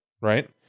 right